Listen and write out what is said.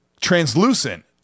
translucent